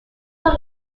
are